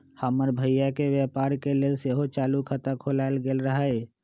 हमर भइया के व्यापार के लेल सेहो चालू खता खोलायल गेल रहइ